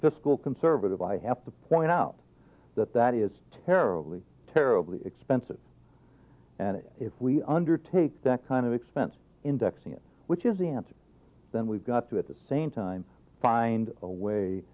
fiscal conservative i have to point out that that is terribly terribly expensive and if we undertake that kind of expense indexing it which is the answer then we've got to at the same time find a way